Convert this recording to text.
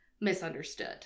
misunderstood